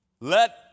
Let